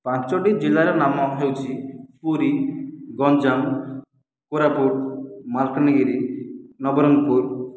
ପାଞ୍ଚଟି ଜିଲ୍ଲାର ନାମ ହେଉଛି ପୁରୀ ଗଞ୍ଜାମ କୋରାପୁଟ ମାଲକାନଗିରି ନବରଙ୍ଗପୁର